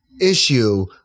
issue